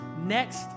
next